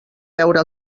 veure